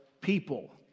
people